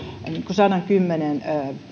sadankymmenen